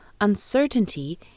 uncertainty